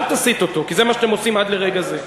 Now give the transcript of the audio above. אל תסית אותו, כי זה מה שאתם עושים עד לרגע זה.